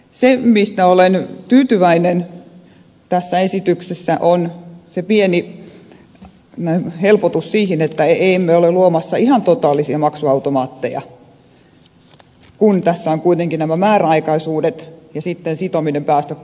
se mihin olen tyytyväinen tässä esityksessä on se pieni helpotus siinä että emme ole luomassa ihan totaalisia maksuautomaatteja kun tässä on kuitenkin nämä määräaikaisuudet ja sitominen päästöjen hintaan